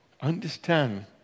Understand